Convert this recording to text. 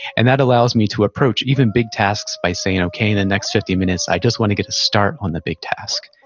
and that allows me to approach even big tasks by saying, okay, in the next fifty minutes, i just want to get a start on the big task.